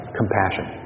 compassion